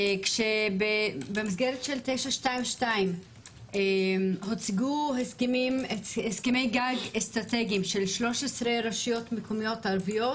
במסגרת 922 הוצגו הסכמי גג אסטרטגיים של 13 רשויות מקומיות ערביות